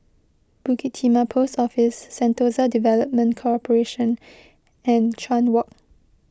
Bukit Timah Post Office Sentosa Development Corporation and Chuan Walk